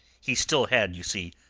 he still had, you see,